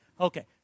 Okay